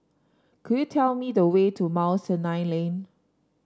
could you tell me the way to Mount Sinai Lane